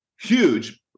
huge